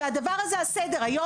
הדבר הזה על סדר היום.